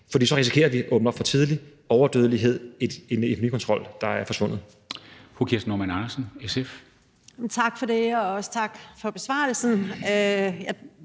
for så risikerer vi at åbne op for tidligt, overdødelighed, og at den nye kontrol er forsvundet.